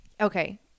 Okay